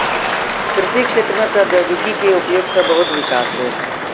कृषि क्षेत्र में प्रौद्योगिकी के उपयोग सॅ बहुत विकास भेल